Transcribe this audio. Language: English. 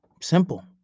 Simple